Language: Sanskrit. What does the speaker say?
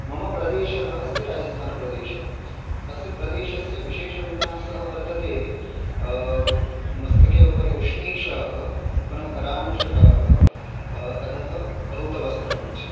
मम प्रदेशः अस्ति राजस्थानप्रदेशः अस्य प्रदेशस्य विशेषविन्यासः वर्तते मस्तके उपरि उष्णीषः पुनः करांशकः अधः धौतवस्त्रञ्च